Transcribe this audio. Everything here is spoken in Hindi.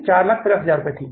यह 4 50000 था